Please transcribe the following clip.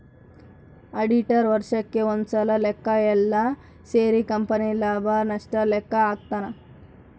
auditor ವರ್ಷಕ್ ಒಂದ್ಸಲ ಲೆಕ್ಕ ಯೆಲ್ಲ ಸೇರಿ ಕಂಪನಿ ಲಾಭ ನಷ್ಟ ಲೆಕ್ಕ ಹಾಕ್ತಾನ